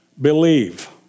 Believe